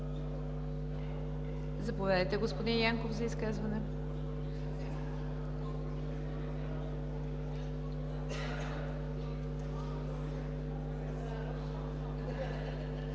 Заповядайте, господин Янков, за изказване.